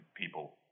people